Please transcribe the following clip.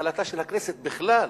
נחלתה של הכנסת בכלל.